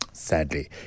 sadly